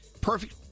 Perfect